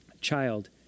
Child